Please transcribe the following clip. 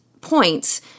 points